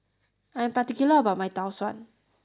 I am particular about my Tau Suan